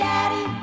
Daddy